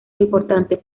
importante